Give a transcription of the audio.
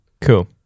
cool